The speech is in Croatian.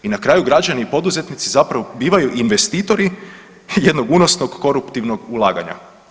I na kraju građani i poduzetnici zapravo bivaju investitori jednog unosnog koruptivnog ulaganja.